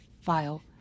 file